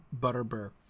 Butterbur